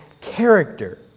character